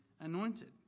anointed